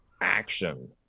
action